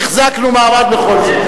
החזקנו מעמד בכל זאת.